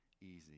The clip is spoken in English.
easy